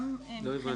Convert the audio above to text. --- לא הבנתי.